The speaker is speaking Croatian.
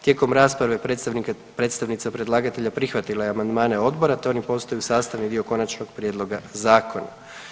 Tijekom rasprave predstavnica predlagatelja prihvatila je amandmane odbora, te oni postaju sastavni dio konačnog prijedloga zakona.